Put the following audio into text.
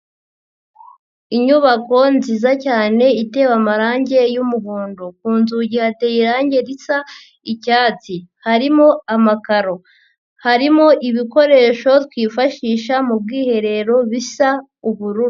Inyubako nziza cyane itewe amarange y'umuhondo. Ku nzugi hateye irangi risa icyatsi. harimo amakaro. Harimo ibikoresho twifashisha mu bwiherero bisa ubururu.